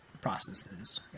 processes